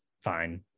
fine